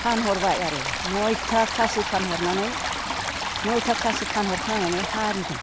फानहरबाय आरो नयथा खासि फानहरनानै नयथा खासि फानहरफ्लांनानै हारिदों